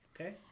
Okay